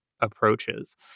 approaches